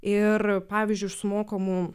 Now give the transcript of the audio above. ir pavyzdžiui iš sumokamų